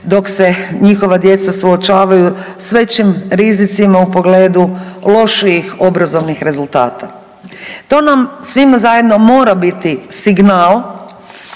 dok se njihova djeca suočavaju sa većim rizicima u pogledu loših obrazovnih rezultata. To nam svima zajedno mora biti signal